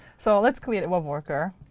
so let's creae a webworker